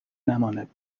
نماند